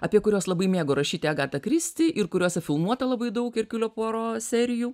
apie kuriuos labai mėgo rašyti agata kristi ir kuriuose filmuota labai daug ir erkiulio puaro serijų